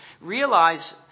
Realize